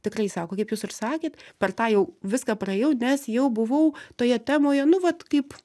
tikrai sako kaip jūs ir sakėt per tą jau viską praėjau nes jau buvau toje temoje nu vat kaip